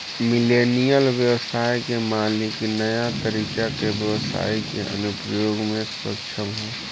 millennial ब्यबसाय के मालिक न्या तकनीक के ब्यबसाई के अनुप्रयोग में सक्षम ह